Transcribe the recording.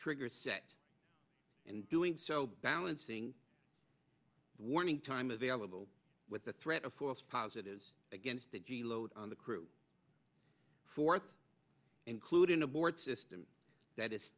triggers and doing so balancing the warning time available with the threat of false positives against the g loads on the crew fourth including abort system that is